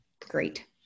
great